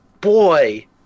boy